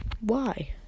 Why